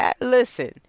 listen